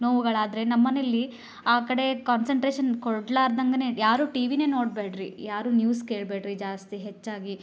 ನೋವುಗಳಾದರೆ ನಮ್ಮನೇಲಿ ಆ ಕಡೆ ಕಾನ್ಸನ್ಟ್ರೇಷನ್ ಕೊಡಲಾರ್ದಂಗೆನೇ ಯಾರು ಟಿವಿನೇ ನೋಡಬೇಡ್ರಿ ಯಾರು ನ್ಯೂಸ್ ಕೇಳಬೇಡ್ರಿ ಜಾಸ್ತಿ ಹೆಚ್ಚಾಗಿ